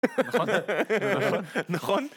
נכון.